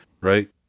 right